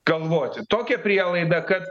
galvoti tokią prielaidą kad